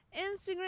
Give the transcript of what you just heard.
Instagram